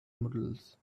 models